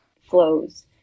flows